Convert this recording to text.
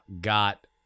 got